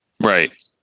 Right